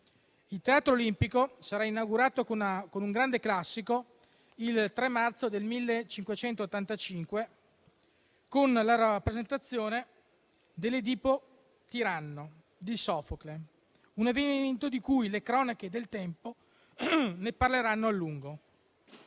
Il Teatro olimpico sarà inaugurato con un grande classico il 3 marzo del 1585 con la rappresentazione dell'opera «Edipo tiranno» di Sofocle, un evento di cui le cronache del tempo parleranno a lungo.